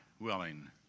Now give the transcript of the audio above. willing